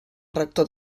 rector